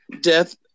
death